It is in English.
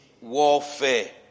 warfare